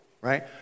Right